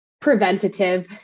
preventative